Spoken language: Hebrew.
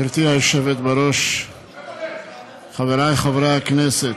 גברתי היושבת בראש, חברי חברי הכנסת,